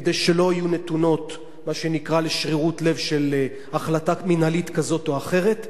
כדי שלא יהיו נתונות לשרירות לב של החלטה מינהלית כזו או אחרת.